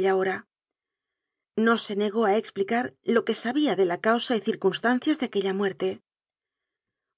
lla hora no se negó a explicar lo que sabía de la causa y circunstancias de aquella muerte